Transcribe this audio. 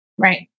Right